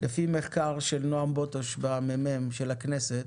לפי מחקר של נעם בוטוש והמ"מ של הכנסת